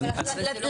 אני רק אגיד